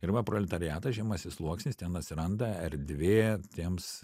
ir va proletariatas žemasis sluoksnis ten atsiranda erdvė jiems